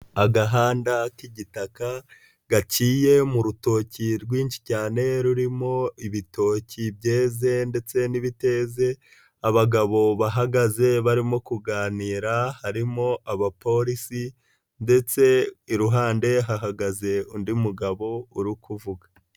Agahanda k'igitaka gaciye mu rutoki rwinshi cyane rurimo ibitoki byeze ndetse n'ibiteze, abagabo bahagaze barimo kuganira harimo abapolisi ndetse iruhande hahagaze undi mugabo uri kuvuga.